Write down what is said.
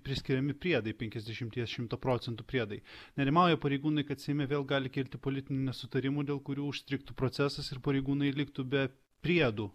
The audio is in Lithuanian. priskiriami priedai penkiasdešimties šimto procentų priedai nerimauja pareigūnai kad seime vėl gali kilti politinių nesutarimų dėl kurių užstrigtų procesas ir pareigūnai liktų be priedų